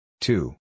Two